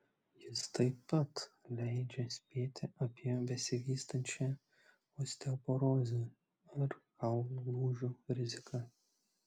jis taip pat leidžia spėti apie besivystančią osteoporozę ar kaulų lūžių riziką